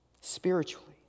spiritually